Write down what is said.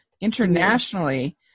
internationally